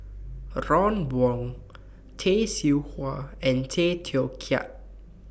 Ron Wong Tay Seow Huah and Tay Teow Kiat